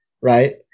right